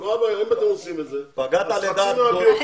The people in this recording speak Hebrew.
אם אתם עושים את זה, מה הבעיה.